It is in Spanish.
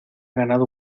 ganado